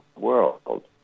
world